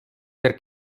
der